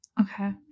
Okay